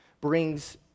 brings